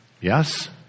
Yes